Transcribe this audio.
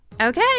Okay